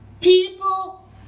People